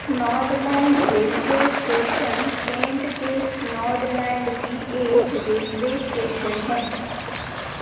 Snodland railway station Kent के Snodland में एक रेलवे एस्टेशन है